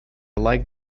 like